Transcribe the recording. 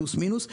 פלוס-מינוס.